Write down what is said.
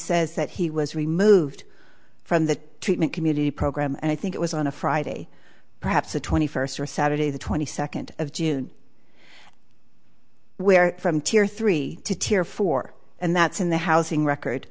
says that he was removed from the treatment community program and i think it was on a friday perhaps the twenty first or saturday the twenty second of june where from tear three to tear four and that's in the housing record